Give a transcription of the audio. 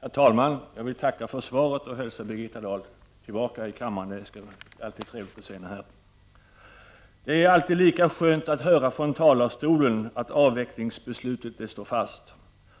Herr talman! Jag vill tacka för svaret och hälsar Birgitta Dahl välkommen tillbaka till kammaren. Det är alltid trevligt att se henne här. Det är alltid lika skönt att från talarstolen höra att avvecklingsbeslutet står fast.